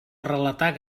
relatar